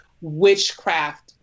witchcraft